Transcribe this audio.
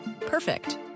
Perfect